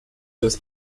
does